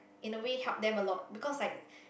in a way help them a lot because like